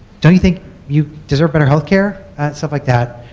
don't you think you deserve better health care and stuff like that?